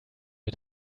wir